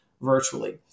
virtually